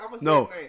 No